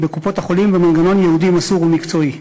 בקופות-החולים במנגנון ייעודי, מסור ומקצועי.